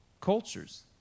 cultures